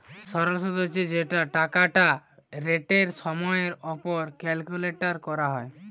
সরল শুদ হচ্ছে যেই টাকাটা রেটের সময়ের উপর ক্যালকুলেট করা হয়